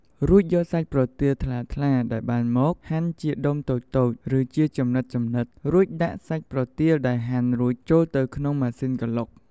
រួចយកសាច់ប្រទាលថ្លាៗដែលបានមកហាន់ជាដុំតូចៗ ឬជាចំណិតៗ រួចដាក់សាច់ប្រទាលដែលហាន់រួចចូលទៅក្នុងម៉ាស៊ីនក្រឡុក។